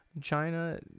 China